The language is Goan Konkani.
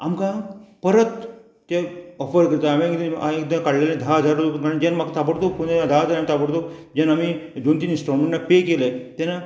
आमकां परत ते ऑफर करता हांवेन एकदां हांवें काडलेले धा हजार जेन्ना म्हाका ताबडतोप पळय ताबडतोप जेन्ना आमी दोन तीन इंस्टॉलमेंटान पे केले तेन्ना